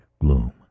gloom